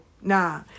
nah